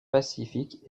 pacifique